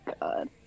God